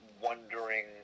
wondering